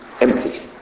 empty